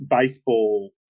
baseball